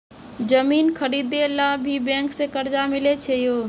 जमीन खरीदे ला भी बैंक से कर्जा मिले छै यो?